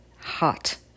hot